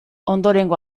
ondorengo